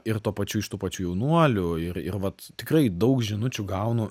ir tuo pačiu iš tų pačių jaunuolių ir ir vat tikrai daug žinučių gaunu